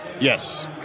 yes